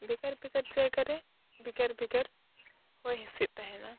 ᱵᱷᱮᱜᱟᱨ ᱵᱷᱮᱜᱟᱨ ᱡᱟᱭᱜᱟᱨᱮ ᱵᱷᱮᱜᱟᱨ ᱵᱷᱮᱜᱟᱨ ᱦᱚᱭ ᱦᱤᱥᱤᱫ ᱛᱟᱦᱮᱱᱟ